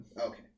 Okay